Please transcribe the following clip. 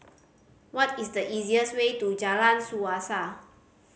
what is the easiest way to Jalan Suasa